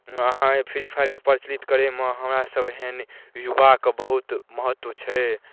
अहाँ ई फ्री फायरके प्रचलित करैमे हमरासभ एहन युवाके बहुत महत्व छै